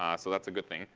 um so that's a good thing.